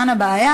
כאן הבעיה,